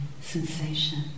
sensation